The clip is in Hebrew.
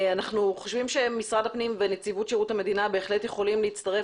אנחנו חושבים שמשרד הפנים ונציבות שירות המדינה בהחלט יכולים להצטרף